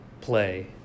play